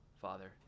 Father